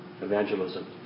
evangelism